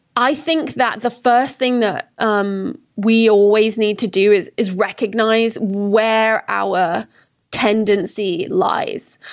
i think that the first thing that um we always need to do is is recognize where our tendency lies.